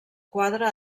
quadra